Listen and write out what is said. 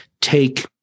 take